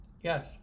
yes